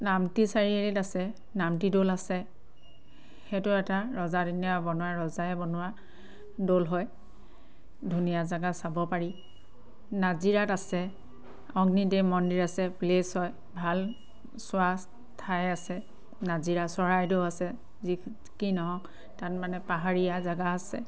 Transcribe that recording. নামটি চাৰিআলিত আছে নামটি দৌল আছে সেইটো এটা ৰজাদিনীয়া বনোৱা ৰজাই বনোৱা দৌল হয় ধুনীয়া জেগা চাব পাৰি নাজিৰাত আছে অগ্নিদেৱ মন্দিৰ আছে প্লেচ হয় ভাল চোৱা ঠাই আছে নাজিৰা চৰাইদেউ আছে যি কি নহওক তাত মানে পাহাৰীয়া জেগা আছে